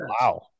Wow